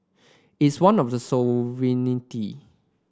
is one of the sovereignty